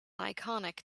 iconic